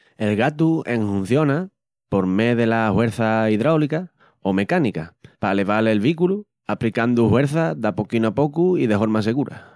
El gatu enhunciona por mé dela huerça idráulica o mecánica p'aleval el vículu apricandu huerça d'a poquinu a pocu i de horma segura.